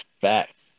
Facts